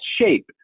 shape